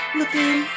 looking